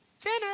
Dinner